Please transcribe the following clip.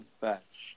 Facts